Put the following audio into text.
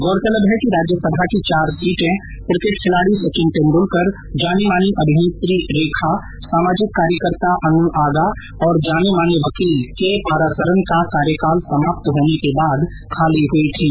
गौरतलब है कि राज्यसभा की चार सीटें क्रिकेट खिलाडी सचिन तेंदूलकर जानी मानी अभिनेत्री रेखा सामाजिक कार्यकर्ता अन् आगा और जाने माने वकील केपरासरन का कार्यकाल समाप्त होने के बाद खाली हुई थीं